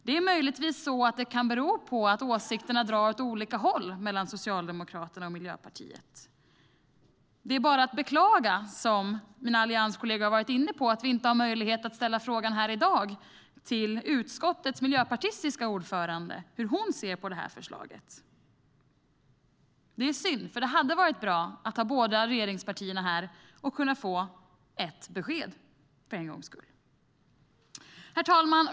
Det är möjligtvis så att det kan bero på att åsikterna drar åt olika håll hos Socialdemokraterna och Miljöpartiet. Det är bara att beklaga, som mina allianskollegor har varit inne på, att vi inte har möjlighet att ställa frågan här i dag till utskottets miljöpartistiska ordförande om hur hon ser på förslaget. Det är synd. Det hade varit bra att ha båda regeringspartierna representerade här och kunna få ett besked för en gångs skull. Herr talman!